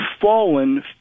fallen